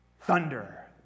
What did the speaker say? thunder